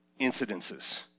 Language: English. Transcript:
incidences